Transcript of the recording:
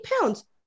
pounds